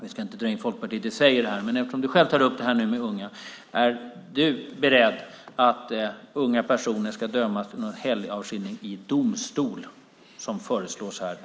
Vi ska inte dra in Folkpartiet i sig i detta, men eftersom du själv tar upp det här med unga vill jag fråga: Är du beredd att gå med på att unga personer ska dömas till helgavskiljning i domstol som föreslås här?